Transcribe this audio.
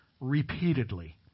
repeatedly